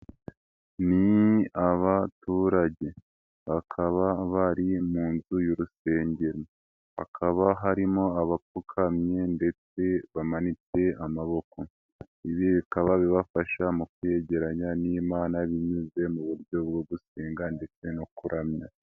Ni abaturage bakaba bari mu nzu y'urusengero, hakaba harimo abapfukamye ndetse bamanitse amaboko. Ibi bikaba bibafasha mu kwiyegeranya n'Imana binyuze mu buryo bwo gusenga ndetse no kuramya.